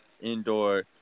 indoor